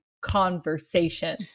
conversation